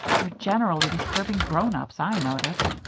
we're generally disturbing grown-ups, i notice,